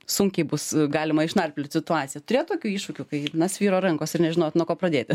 sunkiai bus galima išnarplioti situaciją turėjote tokių iššūkių kai na svyra rankos ir nežinot nuo ko pradėti